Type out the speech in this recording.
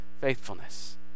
faithfulness